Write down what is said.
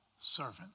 servant